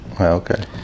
Okay